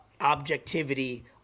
objectivity